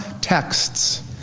texts